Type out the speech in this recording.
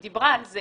היא דיברה על זה